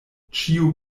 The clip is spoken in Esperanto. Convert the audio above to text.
ĉiu